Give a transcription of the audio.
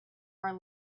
are